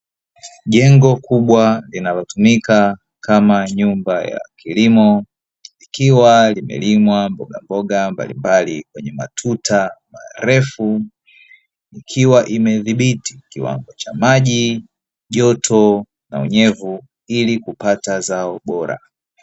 Jengo kubwa linalotumika kama nyumba ya kilimo, likiwa limelimwa mbogamboga mbalimbali kwenye matuta marefu, ikiwa imedhibiti kiwango cha maji, joto na unyevu ili kupata zao bora.